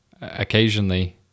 occasionally